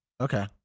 Okay